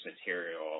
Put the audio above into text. material